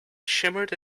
shimmered